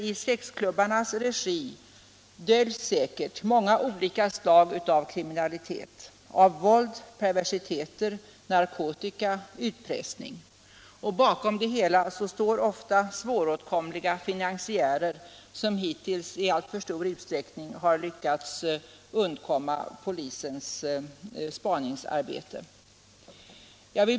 I sexklubbarna döljs säkert många olika slag av kriminalitet, våld, perversiteter, narkotika, utpressning, och bakom det hela står ofta svåråtkomliga finansiärer som hittills i alltför stor utsträckning lyckats undkomma polisens spaningsarbete.